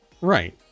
Right